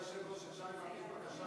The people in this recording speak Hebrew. כבוד היושב-ראש,